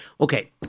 Okay